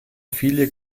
viele